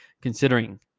considering